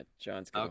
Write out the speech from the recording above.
John's